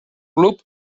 club